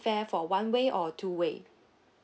fare for one way or two way